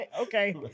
Okay